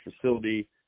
facility